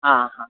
ಹಾಂ ಹಾಂ